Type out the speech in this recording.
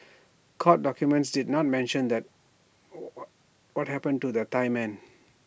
court documents did not mention that what happened to the Thai men